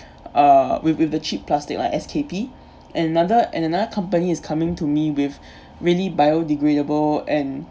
uh with with the cheap plastic like S_K_P another and another company is coming to me with really biodegradable and